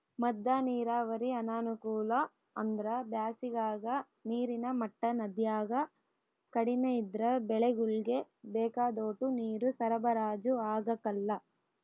ಮದ್ದ ನೀರಾವರಿ ಅನಾನುಕೂಲ ಅಂದ್ರ ಬ್ಯಾಸಿಗಾಗ ನೀರಿನ ಮಟ್ಟ ನದ್ಯಾಗ ಕಡಿಮೆ ಇದ್ರ ಬೆಳೆಗುಳ್ಗೆ ಬೇಕಾದೋಟು ನೀರು ಸರಬರಾಜು ಆಗಕಲ್ಲ